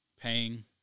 paying